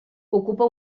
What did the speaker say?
ocupa